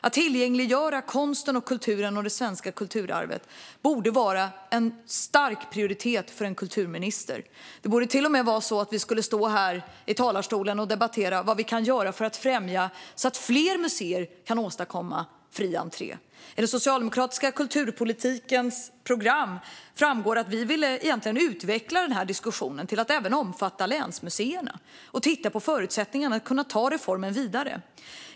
Att tillgängliggöra konst, kultur och svenskt kulturarv borde vara av hög prioritet för en kulturminister. Vi borde snarare debattera vad vi kan göra för att främja fri entré på fler museer. I den socialdemokratiska kulturpolitikens program framgår det att vi vill utveckla denna diskussion till att även omfatta länsmuseerna och se på förutsättningarna att ta reformen vidare.